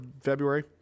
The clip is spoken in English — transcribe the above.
February